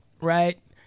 right